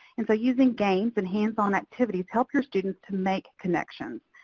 and so using games and hands-on activities help your students to make connections.